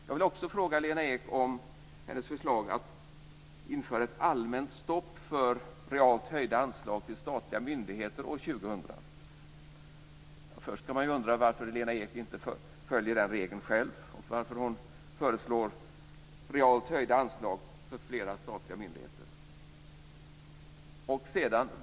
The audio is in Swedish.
Jag vill också fråga Lena Ek om hennes förslag att införa ett allmänt stopp för realt höjda anslag till statliga myndigheter år 2000. Först kan man ju undra varför Lena Ek inte följer den regeln själv. Man kan undra varför hon föreslår realt höjda anslag för flera statliga myndigheter.